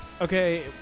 Okay